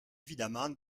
évidemment